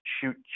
shoot